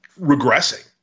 regressing